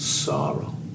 sorrow